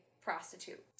prostitute